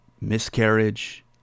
miscarriage